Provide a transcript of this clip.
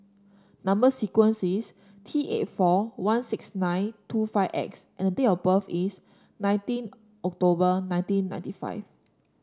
number sequence is T eight four one six nine two five X and date of birth is nineteen October nineteen ninety five